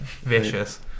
Vicious